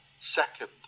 second